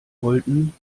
wollten